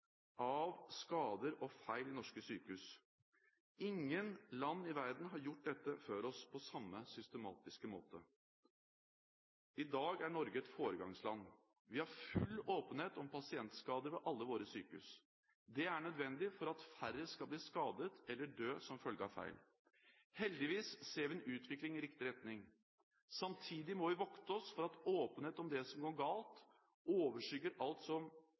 av skader og feil ved norske sykehus. Ingen land i verden har gjort dette før oss på samme systematiske måte. I dag er Norge et foregangsland. Vi har full åpenhet om pasientskader ved alle våre sykehus. Det er nødvendig for at færre skal bli skadet eller dø som følge av feil. Heldigvis ser vi en utvikling i riktig retning. Samtidig må vi vokte oss for at åpenhet om det som går galt, overskygger alt som